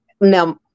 Now